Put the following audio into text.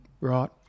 right